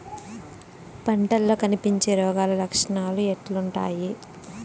పంటల్లో కనిపించే రోగాలు లక్షణాలు ఎట్లుంటాయి?